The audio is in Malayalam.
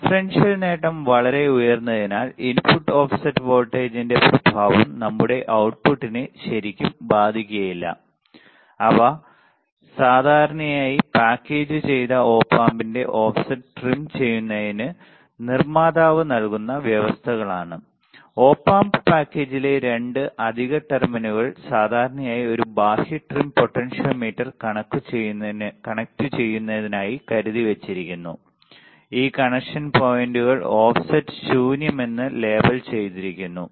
ഡിഫറൻഷ്യൽ നേട്ടം വളരെ ഉയർന്നതിനാൽ ഇൻപുട്ട് ഓഫ്സെറ്റ് വോൾട്ടേജിന്റെ പ്രഭാവം നമ്മളുടെ output നെ ശരിക്കും ബാധിക്കില്ല അവ സാധാരണയായി പാക്കേജുചെയ്ത ഓപ്പ് ആമ്പിന്റെ ഓഫ്സെറ്റ് ട്രിം ചെയ്യുന്നതിന് നിർമ്മാതാവ് നൽകുന്ന വ്യവസ്ഥകളാണ് ഓപ്പ് ആമ്പ് പാക്കേജിലെ 2 അധിക ടെർമിനലുകൾ സാധാരണയായി ഒരു ബാഹ്യ ട്രിം പൊട്ടൻഷ്യോമീറ്റർ കണക്റ്റുചെയ്യുന്നതിനായി കരുതിവച്ചിരിക്കുന്നു ഈ കണക്ഷൻ പോയിന്റുകൾ ഓഫ്സെറ്റ് ശൂന്യമെന്ന് ലേബൽ ചെയ്തിരിക്കുന്നു